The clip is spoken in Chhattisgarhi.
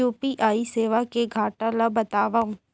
यू.पी.आई सेवा के घाटा ल बतावव?